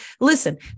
listen